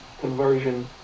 conversion